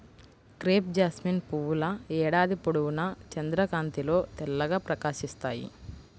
crepe jasmine పువ్వుల ఏడాది పొడవునా చంద్రకాంతిలో తెల్లగా ప్రకాశిస్తాయి